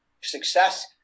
success